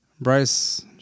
Bryce